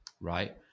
Right